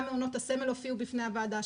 גם מעונות הסמל הופיעו בפני הוועדה,